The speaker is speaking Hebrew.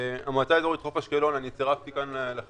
המועצה האזורית חוף אשקלון אני צירפתי כאן מפה